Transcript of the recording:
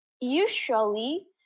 usually